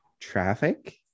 Traffic